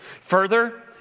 Further